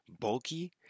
bulky